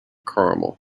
caramel